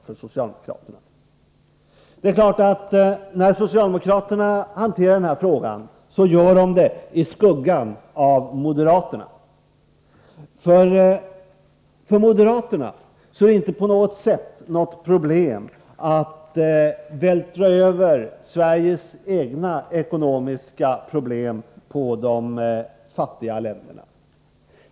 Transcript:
När socialdemokraterna hanterar denna fråga är det klart att de gör det i skuggan av moderaterna. För moderaterna är det inte något problem att vältra över Sveriges egna ekonomiska bekymmer på de fattiga länderna.